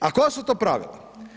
A koja su to pravila?